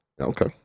Okay